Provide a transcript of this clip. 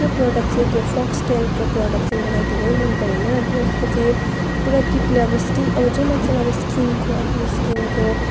त्यो प्रडक्ट चाहिँ त्यो फोक्सटेलको प्रडक्ट चाहिँ मलाई धेरै मन पऱ्यो होइन त्यसको चाहिँ पुरा किटले अब स्किन अब जो मान्छेलाई अब स्किनको आफ्नो स्किनको